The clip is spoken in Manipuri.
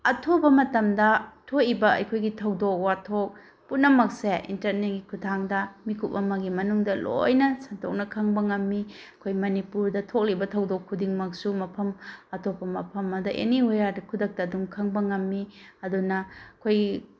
ꯑꯊꯨꯕ ꯃꯇꯝꯗ ꯊꯣꯛꯏꯕ ꯑꯩꯈꯣꯏꯒꯤ ꯊꯧꯗꯣꯛ ꯋꯥꯊꯣꯛ ꯄꯨꯝꯅꯃꯛꯁꯦ ꯏꯟꯇꯔꯅꯦꯠꯀꯤ ꯈꯨꯠꯊꯥꯡꯗ ꯃꯤꯠꯀꯨꯞ ꯑꯃꯒꯤ ꯃꯅꯨꯡꯗ ꯂꯣꯏꯅ ꯁꯟꯇꯣꯛꯅ ꯈꯪꯕ ꯉꯝꯃꯤ ꯑꯩꯈꯣꯏ ꯃꯅꯤꯄꯨꯔꯗ ꯊꯣꯛꯂꯤꯕ ꯊꯧꯗꯣꯛ ꯈꯨꯗꯤꯡꯃꯛꯁꯨ ꯃꯐꯝ ꯑꯇꯣꯞꯄ ꯃꯐꯝ ꯑꯃꯗ ꯑꯦꯅꯤꯋꯦꯌꯥꯔꯗ ꯈꯨꯗꯛꯇ ꯑꯗꯨꯝ ꯈꯪꯕ ꯉꯝꯃꯤ ꯑꯗꯨꯅ ꯑꯩꯈꯣꯏꯒꯤ